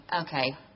okay